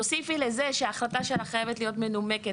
תוסיפי לזה שההחלטה שלה חייבת להיות מנומקת